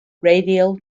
radial